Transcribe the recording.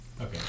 Okay